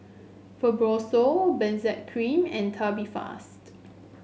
Fibrosol Benzac Cream and Tubifast